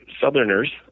Southerners